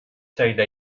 sayıda